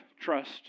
trust